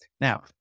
Now